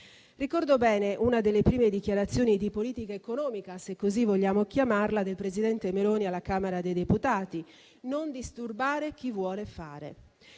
Ricordo bene una delle prime dichiarazioni di politica economica - se così vogliamo chiamarla - del presidente Meloni alla Camera dei deputati: non disturbare chi vuole fare.